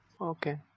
Okay